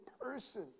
person